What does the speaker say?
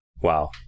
Wow